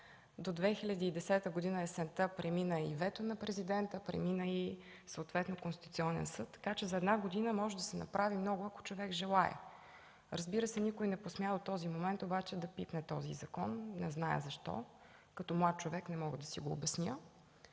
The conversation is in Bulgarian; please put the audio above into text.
на 2010 г. премина и вето на Президента, премина и Конституционен съд, така че за една година може да се направи много, ако човек желае. Разбира се, никой не посмя до този момент да пипне този закон. Не зная защо. Като млад човек не мога да си го обясня.